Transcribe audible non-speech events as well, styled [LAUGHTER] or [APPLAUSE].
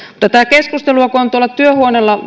tätä keskustelua on tuolla työhuoneella [UNINTELLIGIBLE]